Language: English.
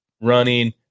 running